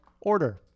order